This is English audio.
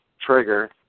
trigger